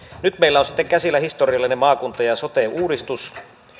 nyt meillä on sitten käsillä historiallinen maakunta ja sote uudistus